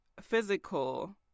physical